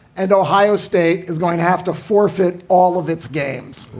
and ohio state is going to have to forfeit all of its games.